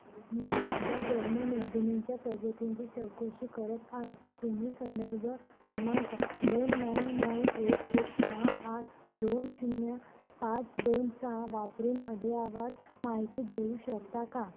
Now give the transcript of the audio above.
मी माझ्या जन्म नोंदणीच्या प्रगतीची चौकशी करत आहे तुम्ही संदर्भ क्रमांक दोन नऊ नऊ एक एक सहा आठ दोन शून्य पाच दोन सहा वापरून अद्ययावत माहिती देऊ शकता का